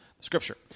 scripture